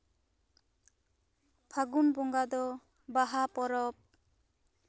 ᱯᱷᱟᱹᱜᱩᱱ ᱵᱚᱸᱜᱟ ᱫᱚ ᱵᱟᱦᱟ ᱯᱚᱨᱚᱵᱽ